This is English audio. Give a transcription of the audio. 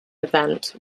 event